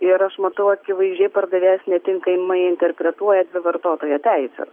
ir aš matau akivaizdžiai pardavėjas netinkamai interpretuoja dvi vartotojo teises